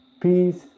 Peace